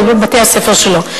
בבתי-הספר שלו.